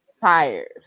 tired